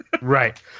Right